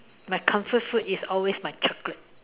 my comfort food is always my chocolate